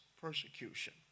persecution